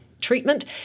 treatment